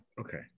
Okay